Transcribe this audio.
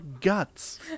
guts